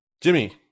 Jimmy